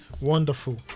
Wonderful